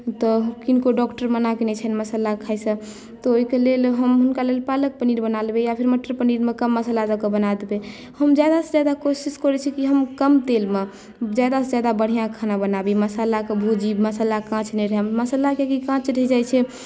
तऽ किनको डॉक्टर मना कयने छनि मसाला खाइसँ तऽ ओहिके लेल हम हुनका लेल पालक पनीर बना लेबै या फेर मटर पनीरमे कम मसाला दऽ कऽ बना देबै हम ज्यादासँ ज्यादा कोशिश करैत छियै कि हम कम तेलमे ज्यादासँ ज्यादा बढ़िआँ खाना बनाबी मसालाके भूजी मसाला काँच नहि रहए मसाला यदि काँच रहि जाइत छै